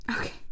Okay